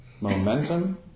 Momentum